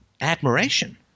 admiration